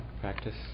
practice